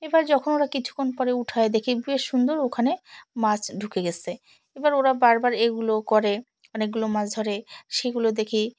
এবার যখন ওরা কিছুক্ষণ পরে উঠায় দেখি বেশ সুন্দর ওখানে মাছ ঢুকে গেছে এবার ওরা বারবার এগুলো করে অনেকগুলো মাছ ধরে সেগুলো দেখি